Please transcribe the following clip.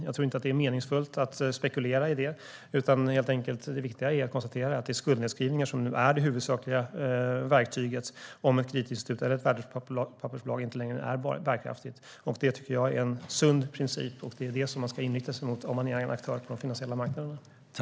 Jag tror inte att det är meningsfullt att spekulera i det, utan det viktiga att konstatera är att det är skuldnedskrivningar som nu är det huvudsakliga verktyget om ett kreditinstitut eller värdepappersbolag inte längre är bärkraftigt. Det tycker jag är en sund princip. Det är det man som aktör på de finansiella marknaderna ska inrikta sig på.